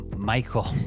Michael